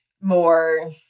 more